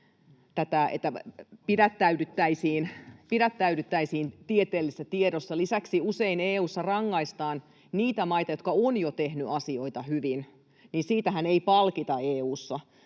että pidättäydyttäisiin tieteellisessä tiedossa. Lisäksi usein EU:ssa rangaistaan niitä maita, jotka ovat jo tehneet asioita hyvin. Siitähän ei palkita EU:ssa